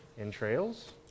entrails